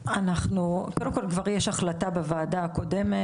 קודם כל, כבר יש החלטה בוועדה הקודמת.